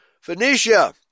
Phoenicia